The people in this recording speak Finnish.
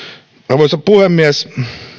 arvoisa puhemies